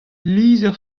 lizher